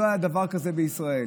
לא היה דבר כזה בישראל.